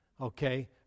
okay